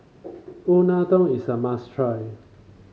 unadon is a must try